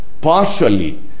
partially